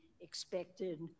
expected